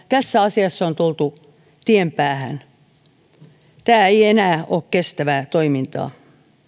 tässä asiassa on tultu tien päähän tämä ei enää ole kestävää toimintaa